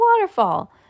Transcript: waterfall